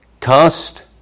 cast